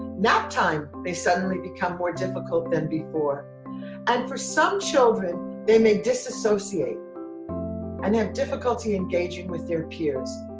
nap time may suddenly become more difficult than before and for some children they may disassociate and have difficulty engaging with their peers